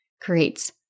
creates